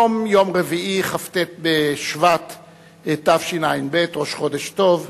היום יום רביעי, כ"ט בשבט תשע"ב, ראש חודש טוב,